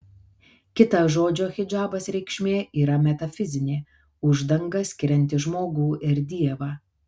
kita žodžio hidžabas reikšmė yra metafizinė uždanga skirianti žmogų ir dievą